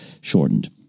shortened